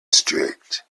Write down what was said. strict